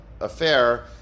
affair